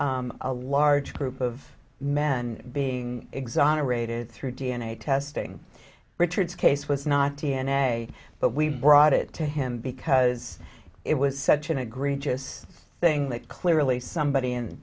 enjoyed a large group of men being exonerated through d n a testing richard's case was not d n a but we brought it to him because it was such an egregious thing that clearly somebody in